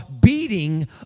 beating